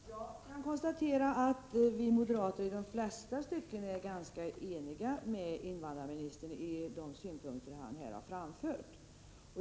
Herr talman! Jag kan konstatera att vi moderater i de flesta stycken är ganska eniga med invandrarministern när det gäller de synpunkter som han här har framfört.